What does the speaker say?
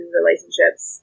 relationships